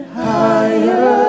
higher